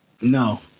no